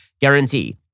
Guarantee